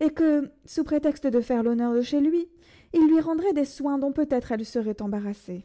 et que sous prétexte de faire l'honneur de chez lui il lui rendrait des soins dont peut-être elle serait embarrassée